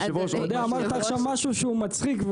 אמרת עכשיו משהו שהוא מצחיק,